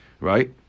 right